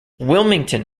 wilmington